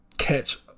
Catch